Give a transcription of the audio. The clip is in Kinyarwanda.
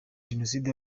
jenoside